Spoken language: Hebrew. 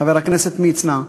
חבר הכנסת מצנע,